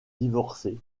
divorcer